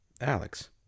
Alex